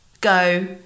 go